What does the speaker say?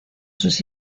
sus